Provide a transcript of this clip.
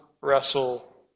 wrestle